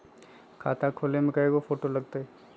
खाता खोले में कइगो फ़ोटो लगतै?